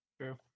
True